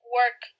work